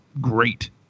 great